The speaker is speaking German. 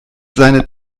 seine